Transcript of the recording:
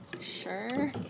sure